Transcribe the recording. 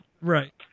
Right